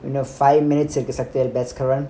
என்ன:enna சக்திவேல் பாஸ்கரன்:sakthivel baskaran